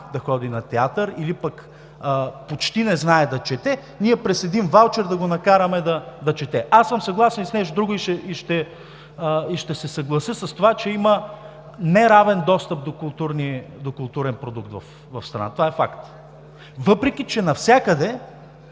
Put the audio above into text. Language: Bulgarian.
да ходи на театър или почти не знае да чете, ние през един ваучер да го накараме да чете!? Аз съм съгласен и с нещо друго. Ще се съглася с това, че има неравен достъп до културен продукт в страната. Това е факт! Въпреки че навсякъде,